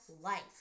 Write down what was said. life